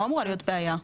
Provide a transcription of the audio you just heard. לא אמורה להיות בעיה.